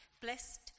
Blessed